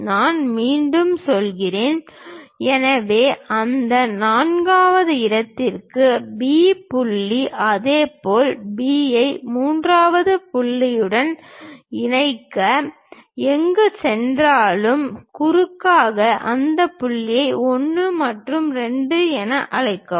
நான் மீண்டும் சொல்கிறேன் எனவே அந்த நான்காவது இடத்திற்கு B புள்ளி இதேபோல் B ஐ மூன்றாவது புள்ளியுடன் இணைக்க எங்கு சென்றாலும் குறுக்காக அந்த புள்ளிகளை 1 மற்றும் 2 என அழைக்கவும்